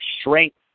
strength